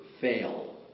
fail